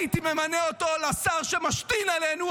הייתי ממנה אותו לשר שמשתין עלינו,